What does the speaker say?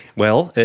well,